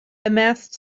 amassed